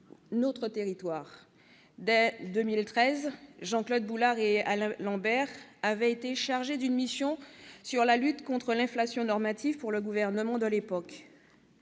notre territoire. Dès 2013, Jean-Claude Boulard et Alain Lambert avaient été chargés d'une mission sur la lutte contre l'inflation normative par le gouvernement de l'époque.